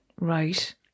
Right